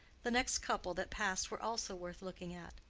the next couple that passed were also worth looking at.